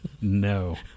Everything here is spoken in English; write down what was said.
No